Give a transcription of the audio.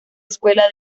escuela